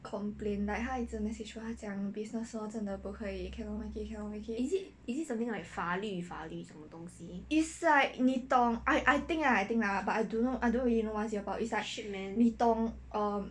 complain like 他一直 message 我他讲 business law 真的不可以 cannot make it cannot make it is like 你懂 I I think lah I think lah but I don't know I don't really know what is it about it's like 你懂 um